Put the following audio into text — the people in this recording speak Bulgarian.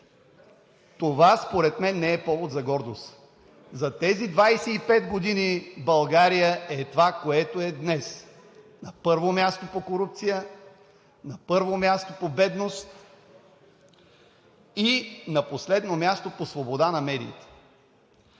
Това според мен не е повод за гордост. За тези 25 години България е това, което е днес – на първо място по корупция, на първо място по бедност и на последно място по свобода на медиите.